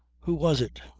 who was it?